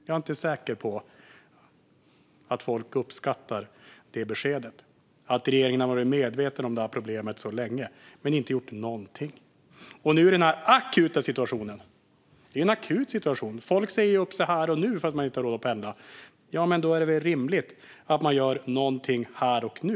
Jag är inte säker på att folk uppskattar beskedet att regeringen har varit medveten om detta problem så länge men inte gjort någonting. Detta är ju en akut situation - folk säger upp sig här och nu för att de inte har råd att pendla. Då är det väl rimligt att göra någonting här och nu.